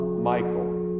Michael